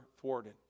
thwarted